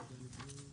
והעשירית.